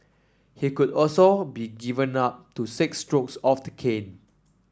he could also be given up to six strokes of the cane